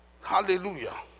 Hallelujah